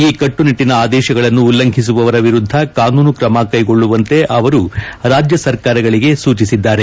ಈ ಕಟ್ಲುನಿಟ್ಲನ ಆದೇಶಗಳನ್ನು ಉಲ್ಲಂಘಿಸುವವರ ವಿರುದ್ದ ಕಾನೂನು ತ್ರಮ ಕೈಗೊಳ್ಳುವಂತೆ ಅವರು ರಾಜ್ಯ ಸರ್ಕಾರಗಳಿಗೆ ಸೂಚಿಸಿದ್ದಾರೆ